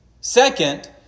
Second